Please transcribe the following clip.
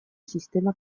sistema